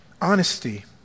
Honesty